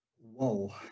Whoa